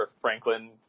Franklin